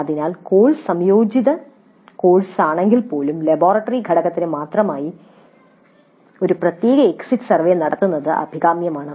അതിനാൽ കോഴ്സ് സംയോജിത കോഴ്സാണെങ്കിൽ പോലും ലബോറട്ടറി ഘടകത്തിന് മാത്രമായി ഒരു പ്രത്യേക എക്സിറ്റ് സർവേ നടത്തുന്നത് അഭികാമ്യമാണ്